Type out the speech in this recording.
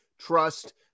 trust